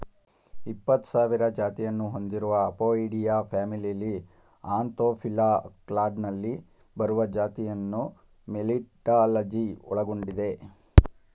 ಇಪ್ಪತ್ಸಾವಿರ ಜಾತಿಯನ್ನು ಹೊಂದಿರುವ ಅಪೊಯಿಡಿಯಾ ಫ್ಯಾಮಿಲಿಲಿ ಆಂಥೋಫಿಲಾ ಕ್ಲಾಡ್ನಲ್ಲಿ ಬರುವ ಜಾತಿಯನ್ನು ಮೆಲಿಟಾಲಜಿ ಒಳಗೊಂಡಿದೆ